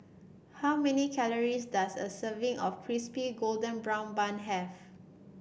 how many calories does a serving of Crispy Golden Brown Bun have